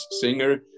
Singer